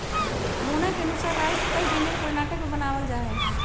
मोहना के अनुसार राई के कई व्यंजन कर्नाटक में बनावल जाहई